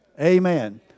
Amen